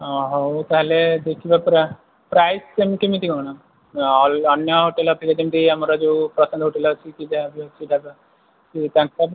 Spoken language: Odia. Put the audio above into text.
ହଉ ତାହେଲେ ଦେଖିବା ପୂରା ପ୍ରାଇସ୍ କେମିତି କ'ଣ ଅନ୍ୟ ହୋଟେଲ୍ ଅପେକ୍ଷା ଯେମିତି ଆମର ଯୋଉ ପ୍ରଶାନ୍ତ ହୋଟେଲ୍ ଅଛି କି ଯାହାବି ଅଛି ତା'ର ଇଏ ତାଙ୍କ